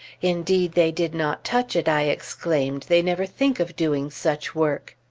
indeed, they did not touch it! i exclaimed. they never think of doing such work.